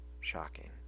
shocking